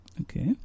Okay